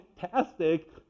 fantastic